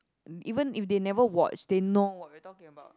and even if they never watch they know what we are talking about